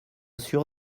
sûr